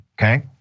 okay